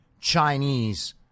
Chinese